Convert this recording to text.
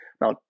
Now